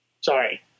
Sorry